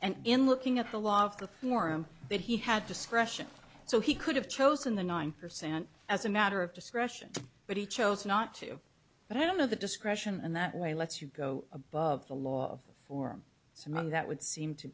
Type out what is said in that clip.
and in looking at the law of the form that he had discretion so he could have chosen the nine percent as a matter of discretion but he chose not to but i don't know the discretion in that way let's you go above the law or some other that would seem to